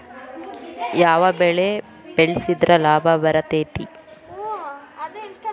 ಯಾವ ಬೆಳಿ ಬೆಳ್ಸಿದ್ರ ಲಾಭ ಬರತೇತಿ?